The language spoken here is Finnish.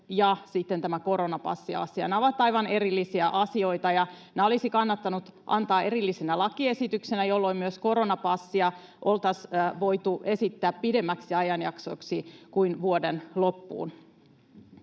samaan esitykseen. Nämä ovat aivan erillisiä asioita, ja nämä olisi kannattanut antaa erillisinä lakiesityksinä, jolloin myös koronapassia oltaisiin voitu esittää pidemmäksi ajanjaksoksi kuin vuoden loppuun.